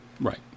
Right